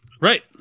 right